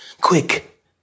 Quick